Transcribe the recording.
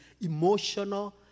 emotional